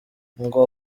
ngo